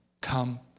Come